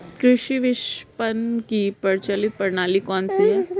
कृषि विपणन की प्रचलित प्रणाली कौन सी है?